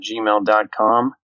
gmail.com